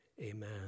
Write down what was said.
amen